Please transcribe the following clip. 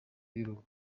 y’urugo